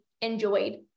enjoyed